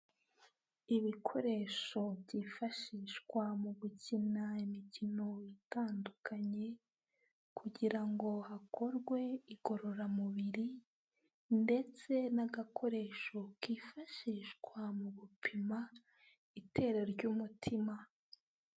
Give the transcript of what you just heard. Ibikoresho byifashishwa mu gukina imikino itandukanye, kugira ngo hakorwe igorororamubiri ndetse n'agakoresho kifashishwa mu gupima, itera ry'umutima.